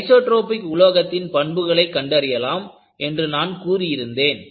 isotropic உலோகத்தின் பண்புகளை கண்டறியலாம் என்று நான் கூறி இருந்தேன்